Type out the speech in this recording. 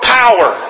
power